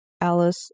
Alice